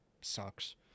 sucks